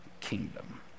kingdom